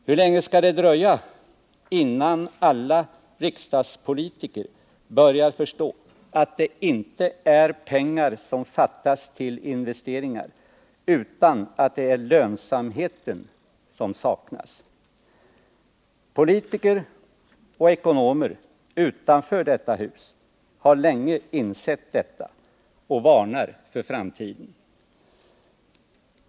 Hur länge skall det dröja innan alla riksdagspolitiker börjar förstå att det inte är pengar som fattas till investeringar utan att det är lönsamheten som saknas? Politiker och ekonomer utanför detta hus har länge insett detta och varnar för framtiden.